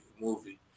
movie